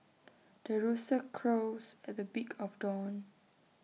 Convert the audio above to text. the rooster crows at the beak of dawn